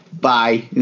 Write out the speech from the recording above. Bye